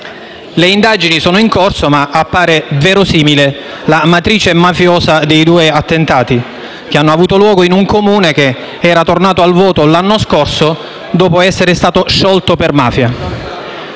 Le indagini sono in corso, ma appare verosimile la matrice mafiosa dei due attentati che hanno avuto luogo in un Comune che era tornato al voto l'anno scorso, dopo essere stato sciolto per mafia.